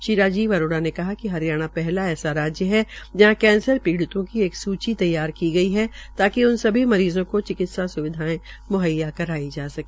श्री राजीव अरोड़ा ने कहा कि हरियाणा पहला ऐसा राज्य है जहां कैंसर पीडितों की एक सूची तैयार की गई है ताकि उन मरीज़ों को चिकित्सा स्विधायें मुहैया कराई जा सके